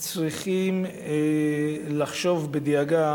צריכים לחשוב בדאגה